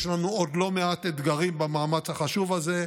יש לנו עוד לא מעט אתגרים במאמץ החשוב הזה.